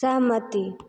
सहमति